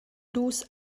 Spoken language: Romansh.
dus